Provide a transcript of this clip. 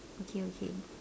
okay okay